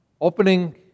opening